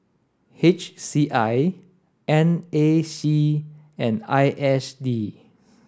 H C I N A C and I S D